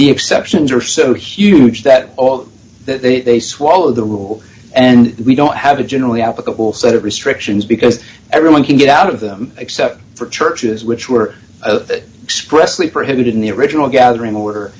exceptions are so huge that all that they swallow the rule and we don't have a generally applicable set of restrictions because everyone can get out of them except for churches which were expressly prohibited in the original gathering